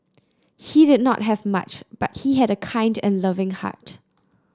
he did not have much but he had a kind and loving heart